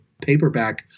paperback